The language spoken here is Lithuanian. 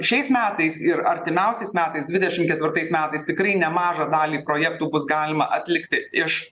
šiais metais ir artimiausiais metais dvidešim ketvirtais metais tikrai nemažą dalį projektų bus galima atlikti iš